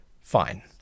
fine